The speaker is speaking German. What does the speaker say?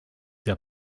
der